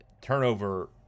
turnover